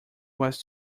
was